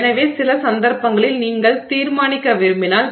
எனவே சில சந்தர்ப்பங்களில் நீங்கள் தீர்மானிக்க விரும்பினால்